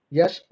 Yes